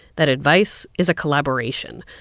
that advice is a collaboration.